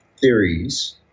theories